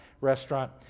Restaurant